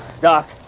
Doc